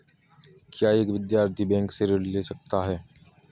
क्या एक विद्यार्थी बैंक से ऋण ले सकता है?